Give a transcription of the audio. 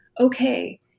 okay